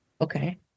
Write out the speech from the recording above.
Okay